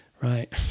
right